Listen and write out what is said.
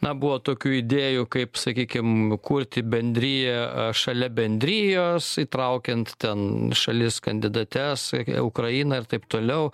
na buvo tokių idėjų kaip sakykim kurti bendriją šalia bendrijos įtraukiant ten šalis kandidates ukrainą ir taip toliau